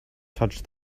touched